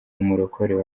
umurokore